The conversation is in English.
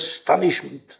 astonishment